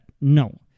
no